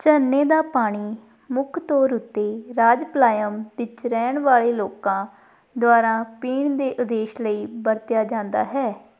ਝਰਨੇ ਦਾ ਪਾਣੀ ਮੁੱਖ ਤੌਰ ਉੱਤੇ ਰਾਜਪਲਾਯਮ ਵਿੱਚ ਰਹਿਣ ਵਾਲੇ ਲੋਕਾਂ ਦੁਆਰਾ ਪੀਣ ਦੇ ਉਦੇਸ਼ ਲਈ ਵਰਤਿਆ ਜਾਂਦਾ ਹੈ